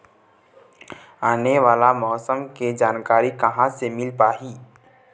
आने वाला मौसम के जानकारी कहां से मिल पाही?